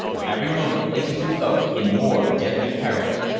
for every moment places you both in more deadly peril.